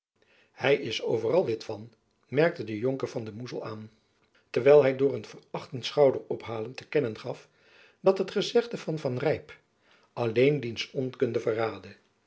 hy is overal lid van merkte de jonker van de moezel aan terwijl hy door een verachtend schoujacob van lennep elizabeth musch der ophalen te kennen gaf dat het gezegde van van rijp alleen diens onkunde verraadde